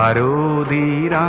to the